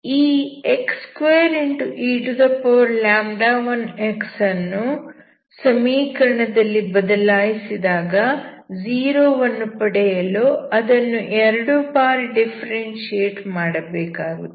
ಈ x2e1x ಅನ್ನು ಸಮೀಕರಣದಲ್ಲಿ ಬದಲಾಯಿಸಿದಾಗ 0 ವನ್ನು ಪಡೆಯಲು ಅದನ್ನು ಎರಡು ಬಾರಿ ಡಿಫ್ಫೆರೆನ್ಶಿಯೇಟ್ ಮಾಡಬೇಕಾಗುತ್ತದೆ